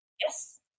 Yes